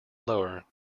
lower